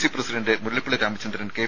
C president Mullappally Ramachandran K